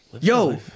Yo